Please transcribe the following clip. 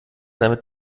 damit